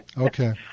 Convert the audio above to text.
Okay